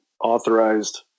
authorized